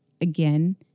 again